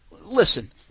listen